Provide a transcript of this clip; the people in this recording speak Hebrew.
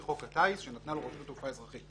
חוק הטיס שנתנה לו רשות התעופה האזרחית.